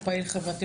הוא פעיל חברתי,